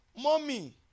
Mommy